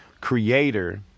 creator